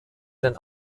den